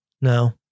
No